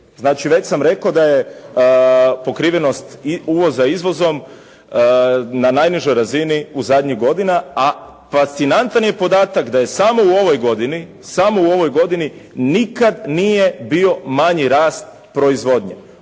Znači već sam rekao da je pokrivenost uvoza izvozom na najnižoj razini zadnjih godina, a fascinantan je podatak da je samo u ovoj godini, samo u ovoj godini, nikad nije bio manji rast proizvodnje